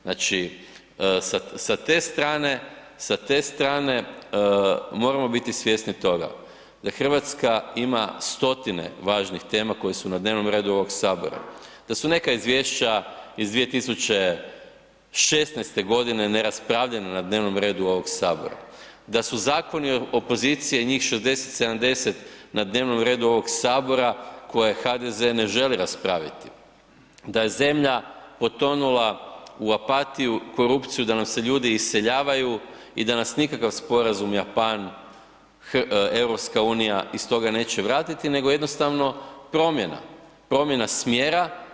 Znači sa te strane moramo biti svjesni toga da Hrvatska ima stotine važnih tema koje su na dnevnom redu ovog Sabora, da su neka izvješća iz 2016. godine neraspravljena na dnevnom redu ovog Sabora, da su zakoni opozicije njih 60, 70 na dnevnom redu ovog Sabora koje HDZ ne želi raspraviti, da je zemlja potonula u apatiju, korupciju, da nam se ljudi iseljavaju i da nas nikakav sporazum Japan-EU iz toga neće vratiti nego jednostavno promjena, promjena smjera.